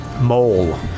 mole